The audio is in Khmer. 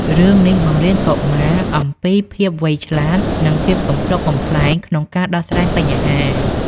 រឿងនេះបង្រៀនកុមារអំពីភាពវៃឆ្លាត និងភាពកំប្លុកកំប្លែងក្នុងការដោះស្រាយបញ្ហា។